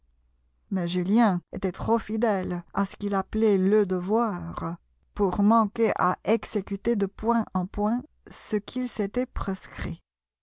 mais julien était trop fidèle à ce qu'il appelait le devoir pour manquer à exécuter de point en point ce qu'il s'était prescrit